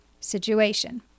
situation